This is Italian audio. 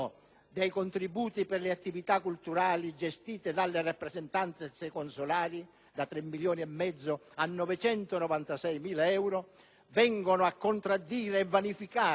dei contributi per le attività culturali gestite dalle rappresentanze consolari - da 3,5 milioni a 996.000 euro - vengono a contraddire e vanificare